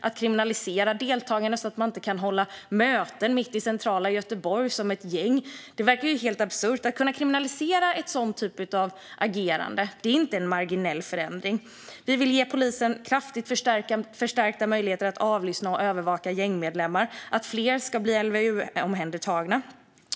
Att kriminalisera deltagande så att man som gäng inte kan hålla möten mitt i centrala Göteborg - helt absurt - är inte en marginell förändring. Vi vill ge polisen kraftigt förstärkta möjligheter att avlyssna och övervaka gängmedlemmar. Vi vill att fler ska bli LVU-omhändertagna.